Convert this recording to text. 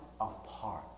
apart